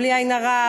בלי עין הרע,